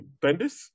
Bendis